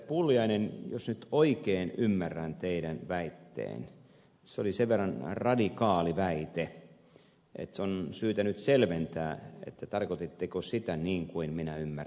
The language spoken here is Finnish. pulliainen jos nyt oikein ymmärrän teidän väitteenne se oli sen verran radikaali väite että on syytä nyt selventää että tarkoititteko sitä niin kuin minä ymmärsin